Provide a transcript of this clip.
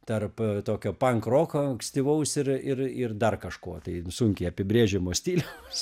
tarp tokio pankroko ankstyvaus ir ir ir dar kažko tai sunkiai apibrėžiamo stiliaus